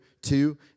two